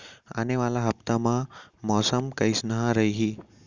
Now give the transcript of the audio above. आने वाला हफ्ता मा मौसम कइसना रही?